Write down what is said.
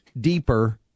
Deeper